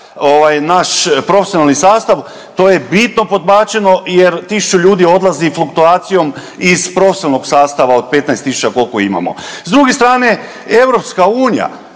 naš profesionalni sastava to je bitno podbačeno jer 1.000 ljudi odlazi fluktuacijom iz …/Govornik se ne razumije./… od 15.000 koliko imamo. S druge strane EU je